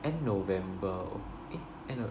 end november oh eh